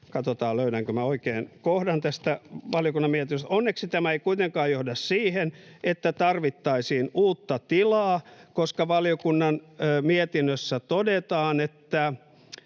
katsotaan, löydänkö oikein kohdan tästä valiokunnan mietinnöstä — että tarvittaisiin uutta tilaa, koska valiokunnan mietinnössä todetaan, että